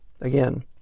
again